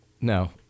no